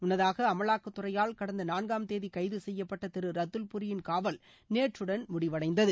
முன்னதாக அமலாக்கத்துறையால் கடந்த நான்காம் தேதி கைது செய்யப்பட்ட திரு ரத்துல்பூரியின் காவல் நேற்றுடன் முடிவடைந்தது